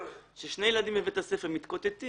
ששני ילדים בבית הספר מתקוטטים,